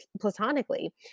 platonically